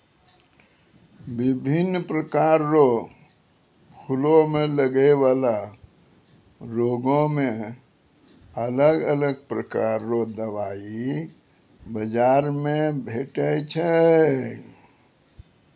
बिभिन्न प्रकार रो फूलो मे लगै बाला रोगो मे अलग अलग प्रकार रो दबाइ बाजार मे भेटै छै